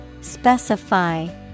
Specify